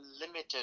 limited